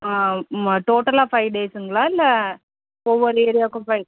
ம் டோட்டலாக ஃபைவ் டேஸுங்களா இல்லை ஒவ்வொரு ஏரியாவுக்கும் ஃபைவ்